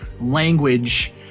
language